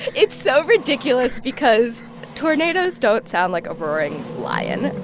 it's so ridiculous because tornadoes don't sound like a roaring lion,